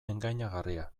engainagarria